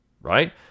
right